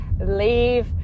leave